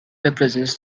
represents